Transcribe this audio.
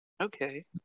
Okay